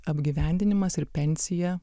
apgyvendinimas ir pensija